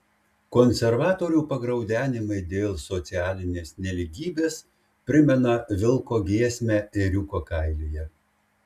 konservatorių pagraudenimai dėl socialinės nelygybės primena vilko giesmę ėriuko kailyje